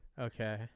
okay